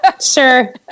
sure